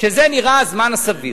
שזה נראה הזמן הסביר.